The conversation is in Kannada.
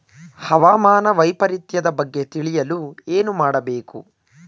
ಹವಾಮಾನ ವೈಪರಿತ್ಯದ ಬಗ್ಗೆ ತಿಳಿಯಲು ಏನು ಮಾಡಬೇಕು?